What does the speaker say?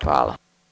Hvala.